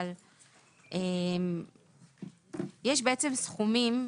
אבל יש סכומים,